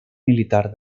militar